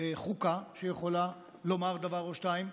חוקה שיכולה לומר דבר או שניים,